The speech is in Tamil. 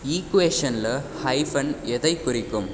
ஈகுவேஷனில் ஹைஃபன் எதை குறிக்கும்